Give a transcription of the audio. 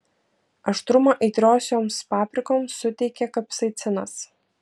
aštrumą aitriosioms paprikoms suteikia kapsaicinas